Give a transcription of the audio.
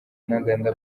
ntaganda